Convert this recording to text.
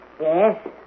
Yes